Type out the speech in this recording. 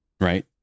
right